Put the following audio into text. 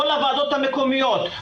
כל הוועדות המקומיות,